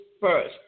first